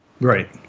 Right